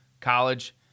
college